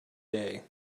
day